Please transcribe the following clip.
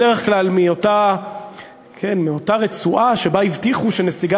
בדרך כלל מאותה רצועה שלגביה הבטיחו שנסיגה